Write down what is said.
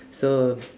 so